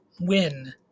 win